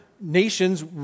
nations